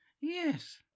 Yes